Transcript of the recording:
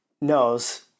knows